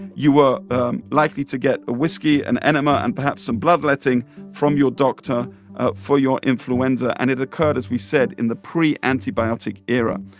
you were likely to get a whiskey, an enema and perhaps some bloodletting from your doctor for your influenza. and it occurred, as we said, in the pre-antibiotic era.